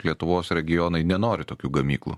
lietuvos regionai nenori tokių gamyklų